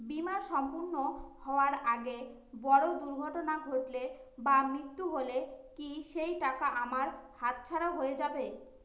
বীমা সম্পূর্ণ হওয়ার আগে বড় দুর্ঘটনা ঘটলে বা মৃত্যু হলে কি সেইটাকা আমার হাতছাড়া হয়ে যাবে?